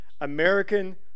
american